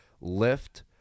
Lift